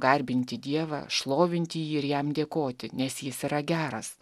garbinti dievą šlovinti jį ir jam dėkoti nes jis yra geras